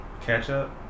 ketchup